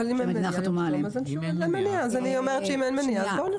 אם אין מניעה, נרשום.